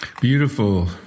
Beautiful